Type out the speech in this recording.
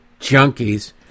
junkies